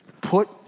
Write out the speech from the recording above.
put